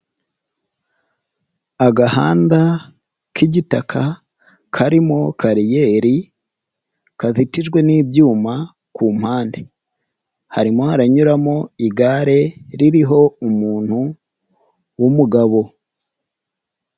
Agahanda k'igitaka karimo kariyeri kazitijwe n'ibyuma ku mpande. Harimo haranyuramo igare ririho umuntu w'umugabo.